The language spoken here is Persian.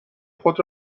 خود